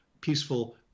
peaceful